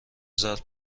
زرد